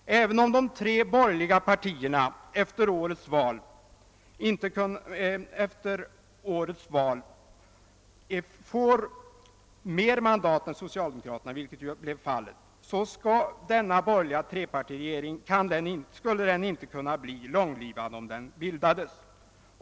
även om de tre borgerliga partierna efter årets val får något mandat mer än socialdemokraterna — vilket ju blev fallet — skulle en borgerlig trepartiregering inte kunna bli långlivad, om den bildades.